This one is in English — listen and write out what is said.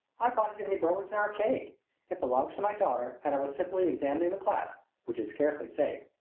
i bought it in the burlington arcade it belongs to my daughter, and i was simply examining the clasp, which is scarcely safe.